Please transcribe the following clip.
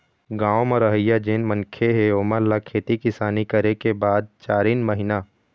गाँव म रहइया जेन मनखे हे ओेमन ल खेती किसानी करे के बाद चारिन महिना